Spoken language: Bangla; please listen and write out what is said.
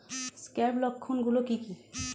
স্ক্যাব লক্ষণ গুলো কি কি?